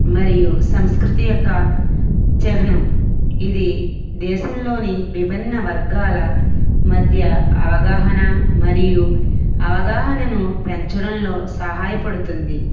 మరియు సంస్కృతి యొక్క చిహ్నం ఇది దేశంలోని విభిన్న వర్గాల మధ్య అవగాహన మరియు అవగాహనను పెంచడంలో సహాయపడుతుంది